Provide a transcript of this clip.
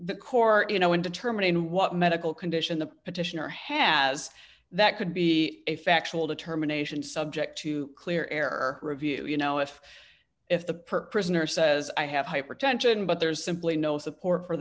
the court you know in determining what medical condition the petitioner has that could be a factual determination subject to clear error review you know if if the per prisoner says i have hypertension but there's simply no support for